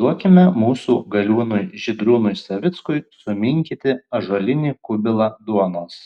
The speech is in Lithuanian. duokime mūsų galiūnui žydrūnui savickui suminkyti ąžuolinį kubilą duonos